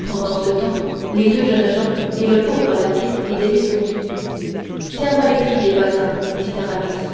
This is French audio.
pendant ce temps les deux jeunes gens et le pauvre laquais étaient descendus tiens moi l'étrier bazin dit aramis